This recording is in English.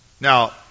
Now